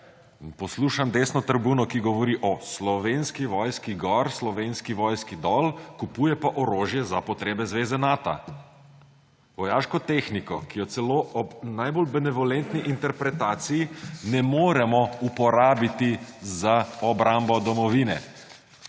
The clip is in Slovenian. poslušam desno tribuno, ki govori o Slovenski vojski gor, Slovenski vojski dol, kupuje pa orožje za potrebe zveze Nato. Vojaško tehniko, ki jo celo ob najbolj benevolentni interpretaciji ne moremo uporabiti za obrambo domovine.